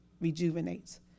Rejuvenates